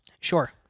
Sure